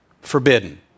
forbidden